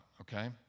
okay